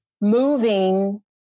moving